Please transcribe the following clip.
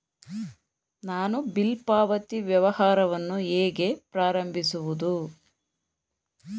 ನಾನು ಬಿಲ್ ಪಾವತಿ ವ್ಯವಹಾರವನ್ನು ಹೇಗೆ ಪ್ರಾರಂಭಿಸುವುದು?